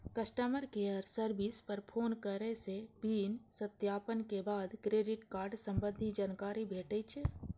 customer care service पर फोन करै सं पिन सत्यापन के बाद क्रेडिट कार्ड संबंधी जानकारी भेटै छै